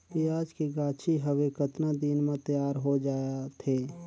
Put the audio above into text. पियाज के गाछी हवे कतना दिन म तैयार हों जा थे?